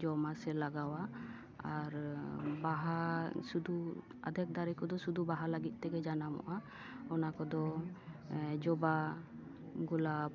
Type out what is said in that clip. ᱡᱚᱢᱟ ᱥᱮ ᱞᱟᱜᱟᱣᱟ ᱟᱨ ᱵᱟᱦᱟ ᱥᱩᱫᱷᱩ ᱟᱫᱷᱮᱠ ᱫᱟᱨᱮ ᱠᱚᱫᱚ ᱥᱩᱫᱷᱩ ᱵᱟᱦᱟ ᱞᱟᱹᱜᱤᱫ ᱛᱮᱜᱮ ᱡᱟᱱᱟᱢᱚᱜᱼᱟ ᱚᱱᱟ ᱠᱚᱫᱚ ᱡᱚᱵᱟ ᱜᱳᱞᱟᱯ